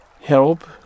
help